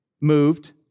moved